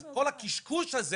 אז כל הקשקוש הזה